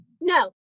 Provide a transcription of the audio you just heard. No